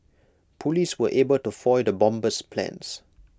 Police were able to foil the bomber's plans